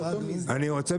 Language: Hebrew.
אני רוצה,